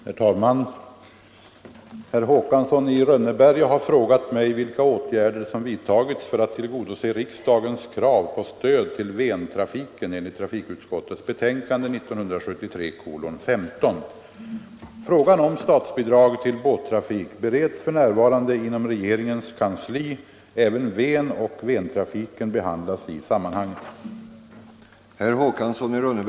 Herr talman! Herr Håkansson i Rönneberga har frågat mig vilka åtgärder som vidtagits för att tillgodose riksdagens krav på stöd till Ventrafiken enligt trafikutskottets betänkande nr 15 år 1973. Frågan om statsbidrag till båttrafik bereds f. n. inom regeringens kansli. Även Ven och Ventrafiken behandlas i sammanhanget.